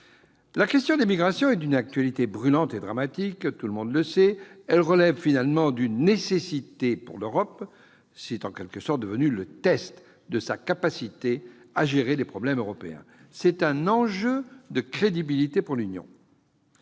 La question des migrations est d'une actualité brûlante et dramatique, tout le monde le sait, et la traiter relève finalement d'une nécessité pour l'Europe : c'est en quelque sorte le test de la capacité de celle-ci à gérer les problèmes européens. Il y a là un enjeu en termes de crédibilité pour l'Union